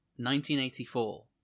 1984